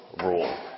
rule